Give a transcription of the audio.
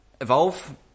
Evolve